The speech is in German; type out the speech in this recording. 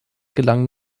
gelang